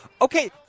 Okay